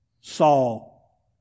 Saul